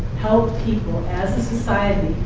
help people as a society,